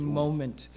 moment